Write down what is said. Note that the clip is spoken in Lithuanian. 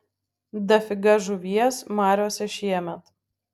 dafiga žuvies mariose šiemet